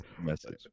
message